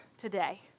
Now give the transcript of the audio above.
today